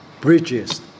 bridges